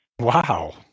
Wow